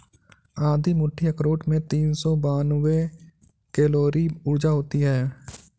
आधी मुट्ठी अखरोट में तीन सौ बानवे कैलोरी ऊर्जा होती हैं